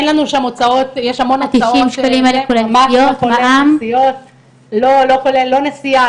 זה לא כולל לא נסיעה,